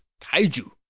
Kaiju